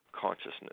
consciousness